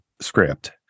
script